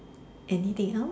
anything else